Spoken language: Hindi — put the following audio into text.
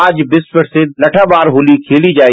आज विश्व प्रसिद्ध लगमार होली खेली जाए